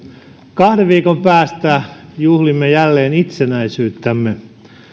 kahden viikon päästä juhlimme jälleen itsenäisyyttämme